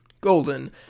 Golden